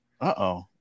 Uh-oh